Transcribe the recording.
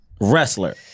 wrestler